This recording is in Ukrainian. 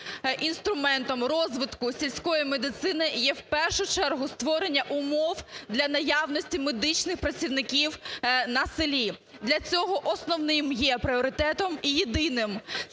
інструментом розвитку сільської медицини є, в першу чергу, створення умов для наявності медичних працівників на селі. Для цього основним є пріоритетом і єдиним